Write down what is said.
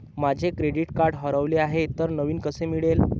माझे credit card हरवले आहे तर नवीन कसे मिळेल?